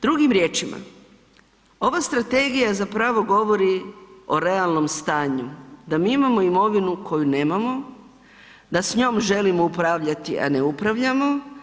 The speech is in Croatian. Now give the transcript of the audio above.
Drugim riječima, ova strategija zapravo govori o realnom stanju, da mi imamo imovinu koju nemamo, da s njom, želimo upravljati, a ne upravljamo.